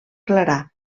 clarà